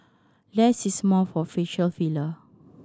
less is more for facial filler